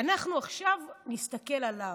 אנחנו עכשיו נסתכל עליו.